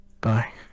Bye